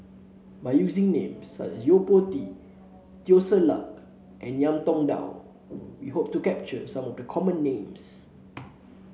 by using names such as Yo Po Tee Teo Ser Luck and Ngiam Tong Dow we hope to capture some of the common names